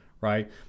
right